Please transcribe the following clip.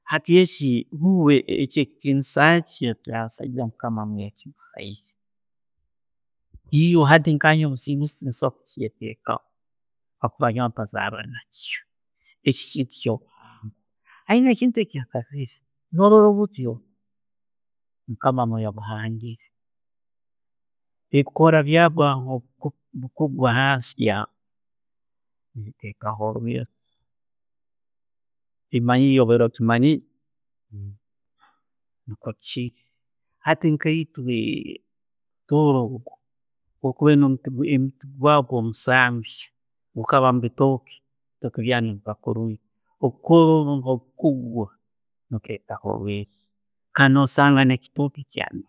hati nyoowe ngu ka musinguuzi tinsobora kukyeetekaho habwokuba nyoowe nkazarwa naakyo, ekyo kintu kyobuhangwa, ekyo kintu kyobuhangwa, hati nkaitwe kunno tooro okaaba no musambya kukaba omubitooke, obukoora obwo kugwa nekiyamba ebitooke byaawe ne'biiba kurungi.